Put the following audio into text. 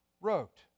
wrote